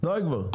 די כבר.